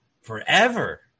forever